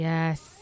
Yes